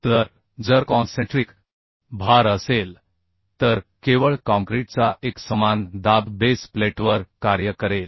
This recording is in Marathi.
तर जर कॉन्सेंट्रिक भार असेल तर केवळ काँक्रीटचा एकसमान दाब बेस प्लेटवर कार्य करेल